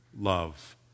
love